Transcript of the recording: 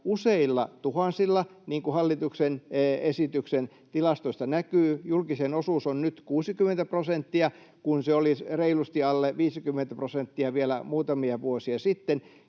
useilla tuhansilla, niin kuin hallituksen esityksen tilastoista näkyy. Julkisen osuus on nyt 60 prosenttia, kun se oli reilusti alle 50 prosenttia vielä muutamia vuosia sitten.